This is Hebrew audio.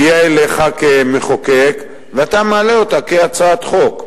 הגיעה אליך כמחוקק, ואתה מעלה אותה כהצעת חוק.